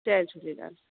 Jay Jhulelal